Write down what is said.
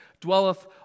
dwelleth